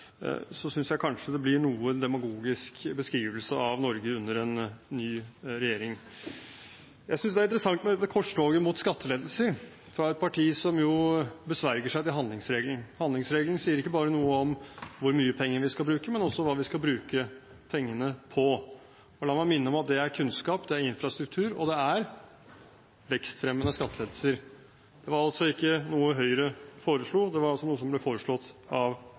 jeg kanskje det blir en noe demagogisk beskrivelse av Norge under en ny regjering. Jeg synes det er interessant med dette korstoget mot skattelettelser fra et parti som jo sverger til handlingsregelen. Handlingsregelen sier ikke bare noe om hvor mye penger vi skal bruke, men også hva vi skal bruke pengene på. La meg minne om at det er kunnskap, det er infrastruktur, og det er vekstfremmende skattelettelser. Det var altså ikke noe Høyre foreslo, det var noe som ble foreslått av